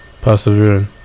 persevering